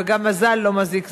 וגם מזל לא מזיק,